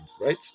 right